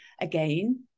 again